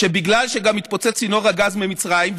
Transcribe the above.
שבגלל שגם התפוצץ צינור הגז ממצרים,